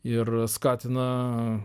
ir skatina